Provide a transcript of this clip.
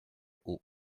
eau